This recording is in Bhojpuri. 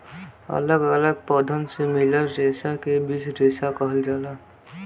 अलग अलग पौधन से मिलल रेसा के बीज रेसा कहल जाला